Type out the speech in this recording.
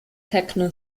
techno